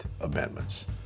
amendments